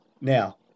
Now